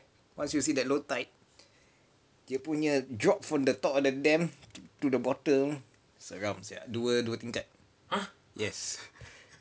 once you see that low tide dia punya drop from the top of the dam to the bottom seram sia dua dua tingkat yes